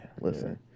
Listen